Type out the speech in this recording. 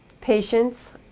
Patients